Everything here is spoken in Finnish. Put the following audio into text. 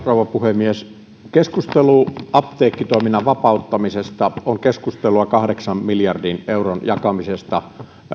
rouva puhemies keskustelu apteekkitoiminnan vapauttamisesta on keskustelua kahdeksan miljardin euron jakamisesta